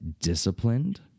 disciplined